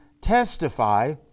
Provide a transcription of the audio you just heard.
testify